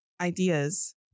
ideas